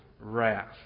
wrath